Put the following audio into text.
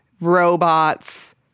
robots